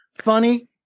funny